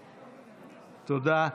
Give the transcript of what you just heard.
תודה,